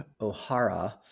O'Hara